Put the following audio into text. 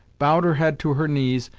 bowed her head to her knees,